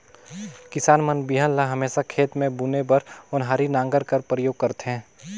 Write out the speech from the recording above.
किसान मन बीहन ल हमेसा खेत मे बुने बर ओन्हारी नांगर कर परियोग करथे